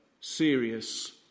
serious